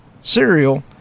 cereal